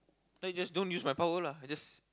then you just don't use my power lah I just